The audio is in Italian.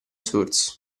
source